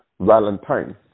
Valentine